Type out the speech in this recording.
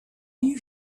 you